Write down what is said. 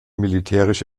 militärisch